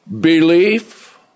belief